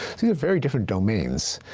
these are very different domains,